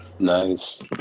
Nice